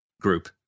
group